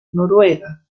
noruega